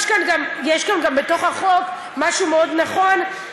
יש כאן גם בתוך החוק משהו מאוד נכון,